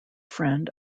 friend